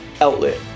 outlet